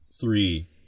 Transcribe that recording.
three